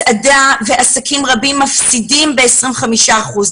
מסעדות ועסקים רבים מפסידים ב-25 אחוזים.